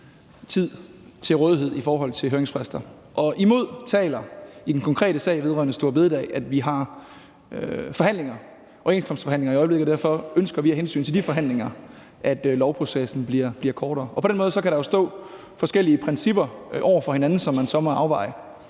tid til høringsfrister til rådighed, og imod taler i den konkrete sag vedrørende store bededag, at vi i øjeblikket har overenskomstforhandlinger. Vi ønsker af hensyn til de forhandlinger, at lovprocessen bliver kortere. På den måde kan der jo stå forskellige principper over for hinanden, som man så må afveje.